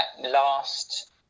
last